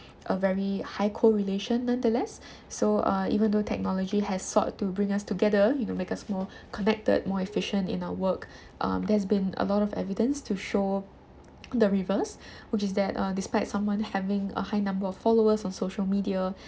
a very high correlation nonetheless so uh even though technology has sought to bring us together you know make us more connected more efficient in our work um there's been a lot of evidence to show the reverse which is that uh despite someone having a high number of followers on social media